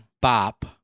Bop